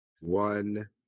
one